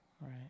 Right